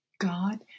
God